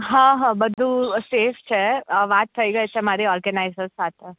હાં હાં બધુ સેફ છે વાત થઈ ગઈ છે મારી ઓર્ગેનાઇસર સાથે